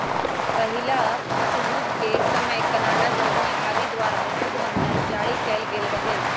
पहिल विश्वजुद्ध के समय कनाडा, जर्मनी आदि द्वारा जुद्ध बन्धन जारि कएल गेल रहै